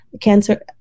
cancer